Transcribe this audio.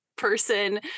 person